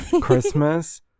Christmas